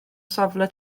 safle